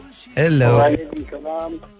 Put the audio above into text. Hello